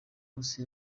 gusa